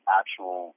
actual